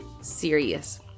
serious